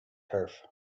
turf